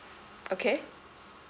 okay